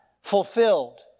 fulfilled